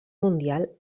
mundial